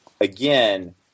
again